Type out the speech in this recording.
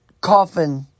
coffin